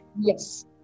Yes